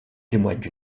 témoignent